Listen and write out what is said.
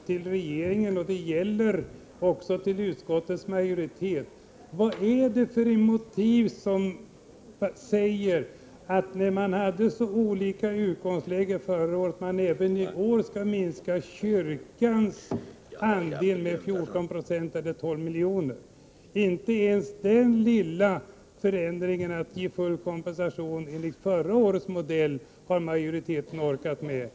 Min fråga till regeringen och till utskottets majoritet blir: Vad är det för motiv som säger — när man hade så olika utgångslägen förra året — att man även i år skall minska kyrkans andel med 14 96, eller med 12 miljoner? Inte ens den lilla förändringen, att ge full kompensation enligt förra årets modell, har majoriteten orkat med.